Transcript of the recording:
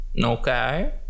Okay